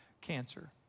cancer